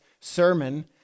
sermon